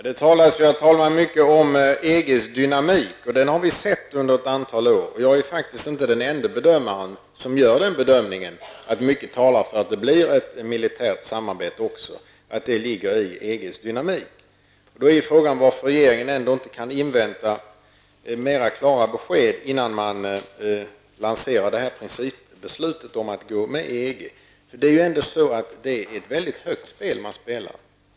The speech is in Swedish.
Herr talman! Det talas, mycket om EGs dynamik. Den har vi lagt märke till under ett antal år. Jag är faktiskt inte den ende som gör den bedömningen att mycket talar för att det blir också ett militärt samarbete; att det ligger i EGs dynamik. Då är ju frågan varför regeringen inte kan invänta mer klara besked innan man lanserar principbeslutet att gå med i EG. Det är ett väldigt högt spel man spelar.